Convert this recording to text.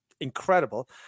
incredible